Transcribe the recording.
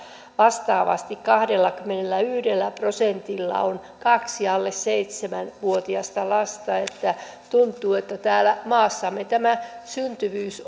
vastaavasti kahdellakymmenelläyhdellä prosentilla on kaksi alle seitsemän vuotiasta lasta että tuntuu että täällä maassamme tämä syntyvyys